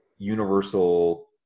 universal